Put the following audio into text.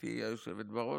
גברתי היושבת בראש.